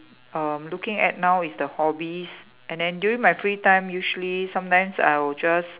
uh looking at now is the hobbies and then during my free time usually sometimes I'll just